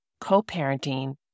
co-parenting